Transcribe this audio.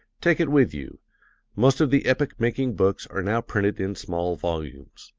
take it with you most of the epoch-making books are now printed in small volumes.